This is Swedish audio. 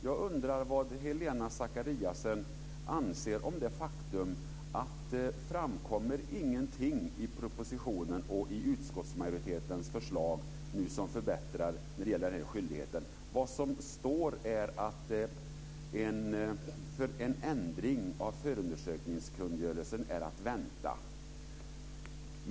Jag undrar vad Helena Zakariasén anser om det faktum att det inte framkommer någonting i propositionen och i utskottsmajoritetens förslag som förbättrar när det gäller den här skyldigheten. Vad som står är att en förändring av förundersökningskungörelsen är att vänta.